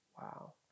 Wow